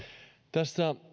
tässä